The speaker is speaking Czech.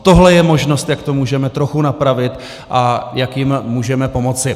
Tohle je možnost, jak to můžeme trochu napravit a jak jim můžeme pomoci.